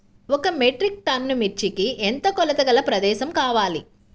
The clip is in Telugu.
ఒక మెట్రిక్ టన్ను మిర్చికి ఎంత కొలతగల ప్రదేశము కావాలీ?